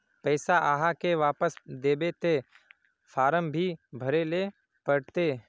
पैसा आहाँ के वापस दबे ते फारम भी भरें ले पड़ते?